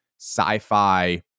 sci-fi